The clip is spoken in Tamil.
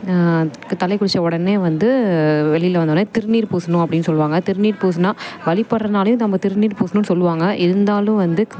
தலைக்கு குளித்த உடனே வந்து வெளியில் வந்தவுன்னே திருநீர் பூசணும் அப்படின்னு சொல்லுவாங்க திருநீர் பூசினா வழிபட்றனாலையோ யே நம்ம திருநீர் பூசணுன்னு சொல்லுவாங்க இருந்தாலும் வந்து